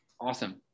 awesome